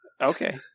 Okay